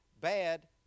bad